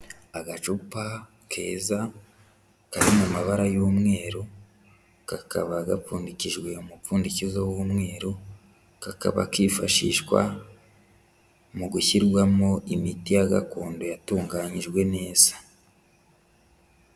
Agacupa keza kari mu mabara y'umweru, kakaba gapfundikijwe umupfundikizo w'umweru, kakaba kifashishwa mu gushyirwamo imiti ya gakondo yatunganyijwe neza.